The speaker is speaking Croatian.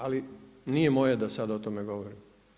Ali, nije moje da sad o tome govorim.